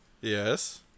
Yes